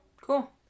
Cool